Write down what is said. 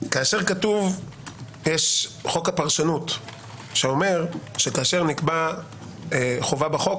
יש חוק הפרשנות שאומר שכאשר נקבעה חובה בחוק